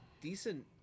decent